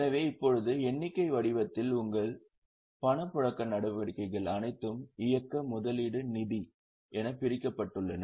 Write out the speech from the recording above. எனவே இப்போது எண்ணிக்கை வடிவத்தில் உங்கள் பணப்புழக்க நடவடிக்கைகள் அனைத்தும் இயக்க முதலீடு நிதி operating investing financing என பிரிக்கப்பட்டுள்ளன